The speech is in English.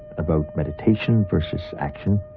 about meditation versus action,